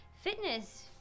fitness